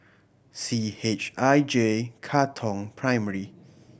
C H I J Katong Primary